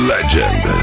Legend